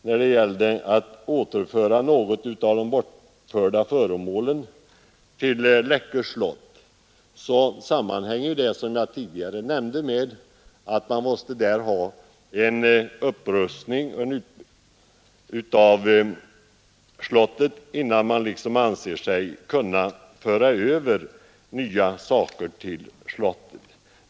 Möjligheterna att återföra några av de bortförda föremålen till Läckö slott sammanhänger, som jag tidigare nämnde, med att man måste ha en upprustning av slottet, innan man anser sig kunna föra över nya saker dit.